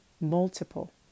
Multiple